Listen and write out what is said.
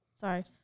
sorry